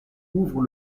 ouvre